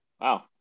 Wow